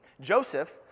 Joseph